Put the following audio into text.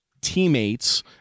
teammates